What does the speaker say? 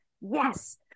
Yes